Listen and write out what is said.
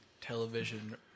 television